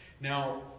Now